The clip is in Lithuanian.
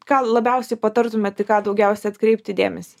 ką labiausiai patartumėteį ką daugiausiai atkreipti dėmesį